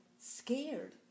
scared